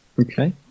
okay